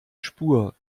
spur